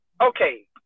okay